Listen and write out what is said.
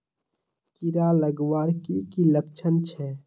कीड़ा लगवार की की लक्षण छे?